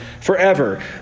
forever